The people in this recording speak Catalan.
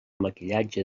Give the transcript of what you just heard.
maquillatge